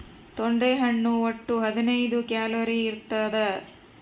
ತೊಂಡೆ ಹಣ್ಣು ಒಟ್ಟು ಹದಿನೈದು ಕ್ಯಾಲೋರಿ ಇರ್ತಾದ